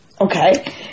okay